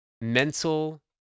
mental